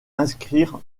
inscrire